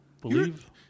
believe